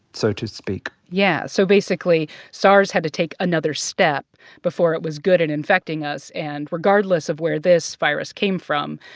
so to speak yeah. so basically, sars had to take another step before it was good at infecting us. and regardless of where this virus came from,